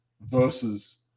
versus